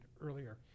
earlier